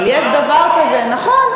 אבל יש דבר כזה, נכון.